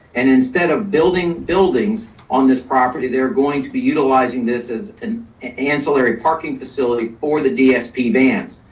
and instead of building buildings on this property, they're going to be utilizing this as an ancillary parking facility for the dsp vans.